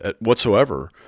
whatsoever